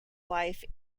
life